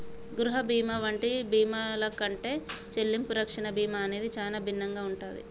గృహ బీమా వంటి బీమాల కంటే చెల్లింపు రక్షణ బీమా అనేది చానా భిన్నంగా ఉంటాది